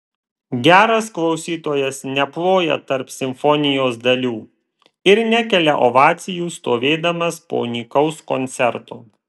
geras klausytojas neploja tarp simfonijos dalių ir nekelia ovacijų stovėdamas po nykaus koncerto